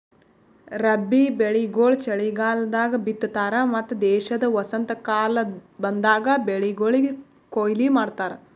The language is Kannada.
ರಬ್ಬಿ ಬೆಳಿಗೊಳ್ ಚಲಿಗಾಲದಾಗ್ ಬಿತ್ತತಾರ್ ಮತ್ತ ದೇಶದ ವಸಂತಕಾಲ ಬಂದಾಗ್ ಬೆಳಿಗೊಳಿಗ್ ಕೊಯ್ಲಿ ಮಾಡ್ತಾರ್